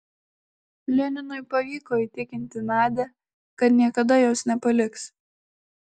leninui pavyko įtikinti nadią kad niekada jos nepaliks